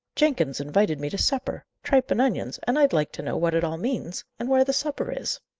jenkins invited me to supper tripe and onions and i'd like to know what it all means, and where the supper is.